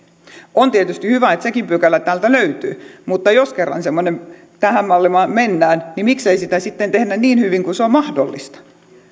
on tietysti hyvä että sekin pykälä täältä löytyy mutta jos kerran tähän maailmaan mennään niin miksi ei sitä sitten tehdä niin hyvin kuin se on mahdollista on